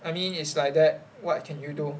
I mean it's like that what can you do